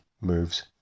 moves